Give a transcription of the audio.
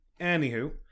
Anywho